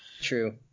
True